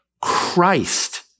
Christ